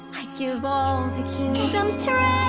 i'd give all the kingdom's